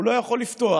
הוא לא יכול לפתוח.